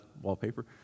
wallpaper